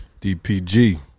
DPG